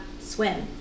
swim